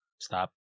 Stop